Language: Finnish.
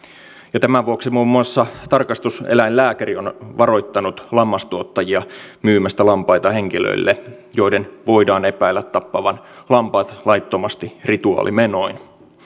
tämän vuoksi muun muassa tarkastuseläinlääkäri on varoittanut lammastuottajia myymästä lampaita henkilöille joiden voidaan epäillä tappavan lampaat laittomasti rituaalimenoin